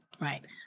Right